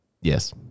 yes